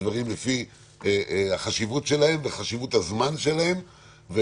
לדברים לפי החשיבות שלהם וחשיבות הזמן שלהם,